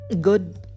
good